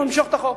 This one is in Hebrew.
ונמשוך את החוק.